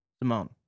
Simone